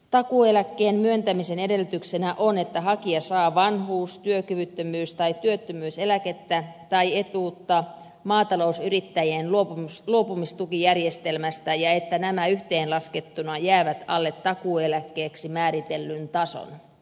takuueläkkeen myöntämisen edellytyksenä on että hakija saa vanhuus työkyvyttömyys tai työttömyyseläkettä tai etuutta maatalousyrittäjien luopumistukijärjestelmästä ja että nämä yhteenlaskettuna jäävät alle takuueläkkeeksi määritellyn tason